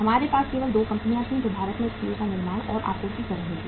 हमारे पास केवल 2 कंपनियां थीं जो भारत में स्टील का निर्माण और आपूर्ति कर रही थीं